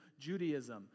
Judaism